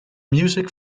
music